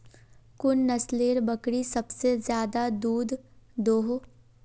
कुन नसलेर बकरी सबसे ज्यादा दूध दो हो?